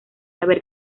haber